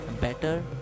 better